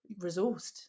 resourced